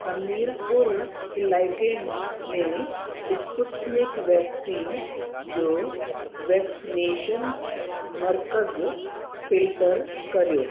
हमीरपुर इलाइक़े में Sputnik vaccine जो वैक्सनेशन मर्कज़ु फिल्टर करियो